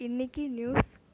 இன்னைக்கி நியூஸ்